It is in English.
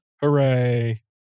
Hooray